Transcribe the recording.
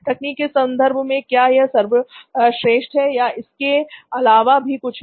तकनीक के संदर्भ में क्या यह सर्वश्रेष्ठ है या इसके अलावा भी कुछ है